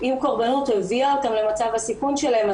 היא הקורבנות הביאה אותם למצב הסיכום שלהן,